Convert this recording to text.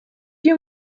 you